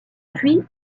puis